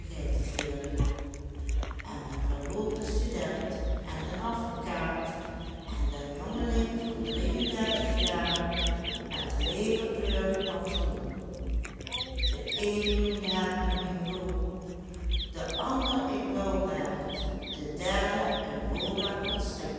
chirurgijnsleerling en den verloopen student en den advocaat en den jongeling van drieëndertig jaren met den leverkleurigen pantalon de een noemde hem een mingaud de ander een blauwbaard de derde een boa constrictor